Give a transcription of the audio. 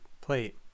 plate